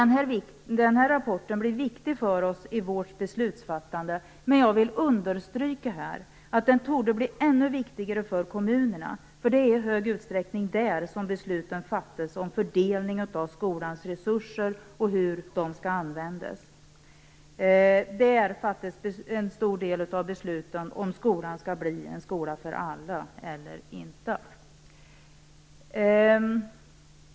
Nämnda rapport blir viktig för oss i vårt beslutsfattande, men jag vill understryka att den torde bli ännu viktigare för kommunerna. Det är ju i stor utsträckning där som beslut fattas om fördelningen av skolans resurser och om hur dessa skall användas. Där fattas alltså en stor del av de beslut som är avgörande för om skolan skall bli en skola för alla eller inte.